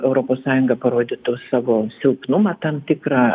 europos sąjunga parodytų savo silpnumą tam tikrą